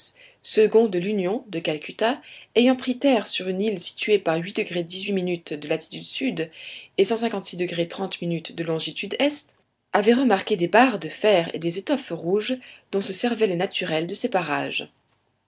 second de l'union de calcutta ayant pris terre sur une île située par de latitude sud et de longitude est avait remarqué des barres de fer et des étoffes rouges dont se servaient les naturels de ces parages